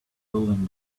building